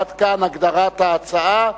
עד כאן הגדרת ההצעה.